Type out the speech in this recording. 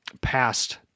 past